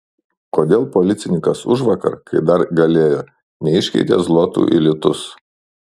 kodėl policininkas užvakar kai dar galėjo neiškeitė zlotų į litus